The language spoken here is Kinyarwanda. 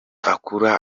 akura